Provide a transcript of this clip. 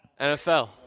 NFL